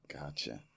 Gotcha